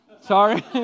Sorry